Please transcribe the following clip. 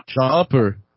Chopper